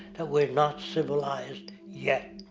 that we're not civilized yet.